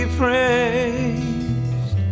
praised